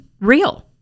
real